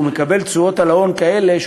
הוא מקבל תשואות כאלה על ההון,